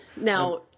Now